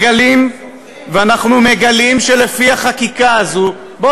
ואנחנו מגלים שלפי החקיקה הזאת, זה לא נכון.